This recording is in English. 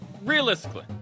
Realistically